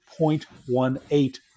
0.18